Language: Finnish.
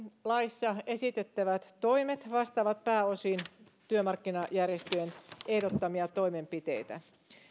laissa esitettävät toimet vastaavat pääosin työmarkkinajärjestöjen ehdottamia toimenpiteitä